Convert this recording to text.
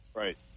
Right